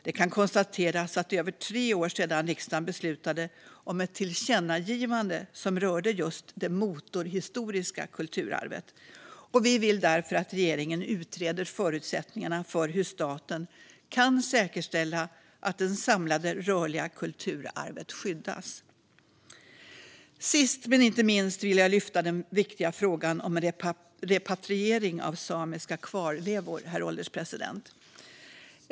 Det kan konstateras att det är över tre år sedan som riksdagen beslutade om ett tillkännagivande som rörde just det motorhistoriska kulturarvet. Vi vill därför att regeringen utreder förutsättningarna för hur staten kan säkerställa att det samlade rörliga kulturarvet skyddas. Sist men inte minst vill jag lyfta fram den viktiga frågan om repatriering av samiska kvarlevor, herr ålderspresident.